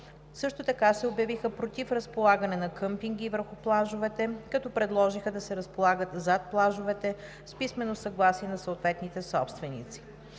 Също така се обявиха против разполагане на къмпинги върху плажовете, като предложиха да се разполагат зад плажовете с писмено съгласие на съответните собственици.